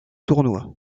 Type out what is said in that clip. tournoi